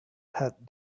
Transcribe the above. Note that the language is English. het